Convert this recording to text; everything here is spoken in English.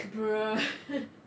bruh